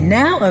now